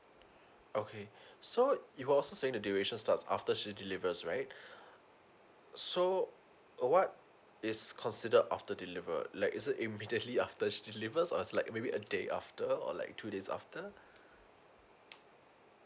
okay so you were also saying the duration starts after she delivers right so uh what is considered after deliver like is it immediately after she delivers or it's like maybe a day after or like two days after